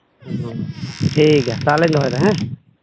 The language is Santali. ᱚ ᱴᱷᱤᱠ ᱜᱮᱭᱟ ᱛᱟᱦᱚᱞᱮᱧ ᱫᱚᱦᱚᱭᱮᱫᱟ ᱦᱮᱸ